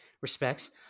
respects